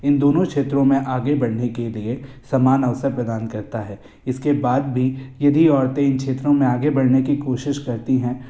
इन दोनों क्षेत्रो में आगे बढ़ने के लिए सामान अवसर प्रदान करता है इसके बाद भी यदि औरतें इन क्षेत्रों में आगे बढ़ने की कोशिश करती हैं